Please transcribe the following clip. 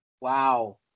wow